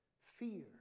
fear